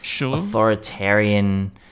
authoritarian